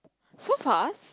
so fast